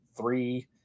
three